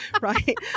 right